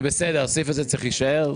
זה בסדר, הסעיף הזה צריך להישאר,